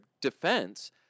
defense